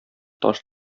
таш